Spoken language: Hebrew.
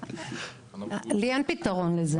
לי אין פתרון לזה.